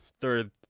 third